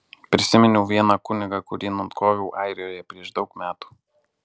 prisiminiau vieną kunigą kurį nukoviau airijoje prieš daug metų